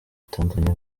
zitandukanye